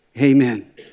Amen